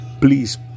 please